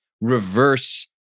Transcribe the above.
reverse